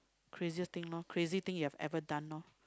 craziest thing lor crazy thing you have ever done lor